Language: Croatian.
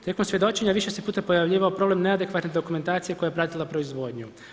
Tijekom svjedočenja, više se puta pojavljivao problem neadekvatne dokumentacije, koja je pratila proizvodnju.